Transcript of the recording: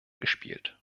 gespielt